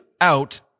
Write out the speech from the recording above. out